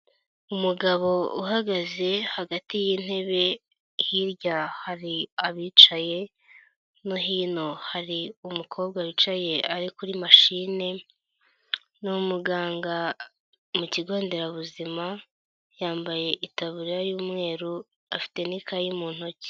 Umugabo uhagaze hagati y'intebe, hirya hari abicaye, no hino hari umukobwa wicaye ari kuri mashine ni umuganga mu kigonderabuzima, yambaye itaburiya y'umweru, afite n'ikayi mu ntoki.